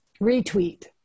retweet